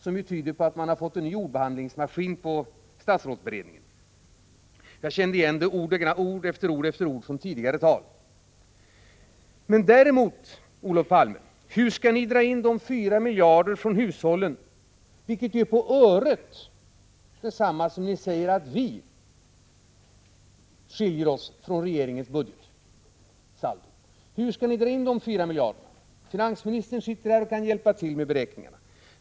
Detta tyder på att man har fått en ny ordbehandlingsmaskin på statsrådsberedningen — jag kände igen ord efter ord från tidigare tal. Hur skall ni, Olof Palme, dra in de 4 miljarderna från hushållen? Det är ju på öret samma summa som ni säger är skillnaden mellan vårt förslag och regeringens budgetsaldo. Finansministern sitter här och kan hjälpa till med beräkningarna.